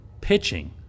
pitching